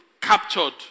captured